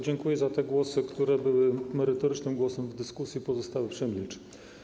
Dziękuję za te głosy, które były merytorycznym głosem w dyskusji, pozostałe przemilczę.